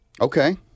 Okay